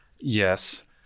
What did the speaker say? yes